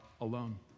alone